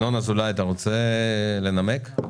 אתה רוצה לנמק?